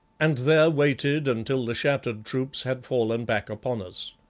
and there waited until the shattered troops had fallen back upon us.